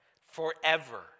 forever